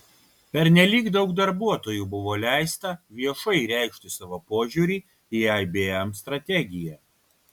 pernelyg daug darbuotojų buvo leista viešai reikšti savo požiūrį į ibm strategiją